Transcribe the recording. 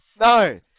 No